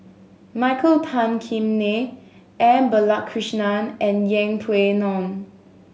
Michael Tan Kim Nei M Balakrishnan and Yeng Pway Ngon